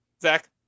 Zach